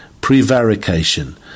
prevarication